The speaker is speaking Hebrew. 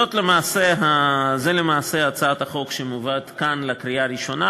למעשה, זו הצעת החוק שמובאת כאן לקריאה הראשונה.